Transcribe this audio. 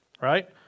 right